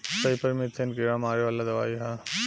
सईपर methane कीड़ा मारे वाला दवाई ह